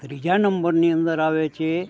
ત્રીજા નંબરની અંદર આવે છે